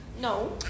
no